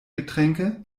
getränke